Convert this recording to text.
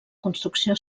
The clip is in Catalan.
construcció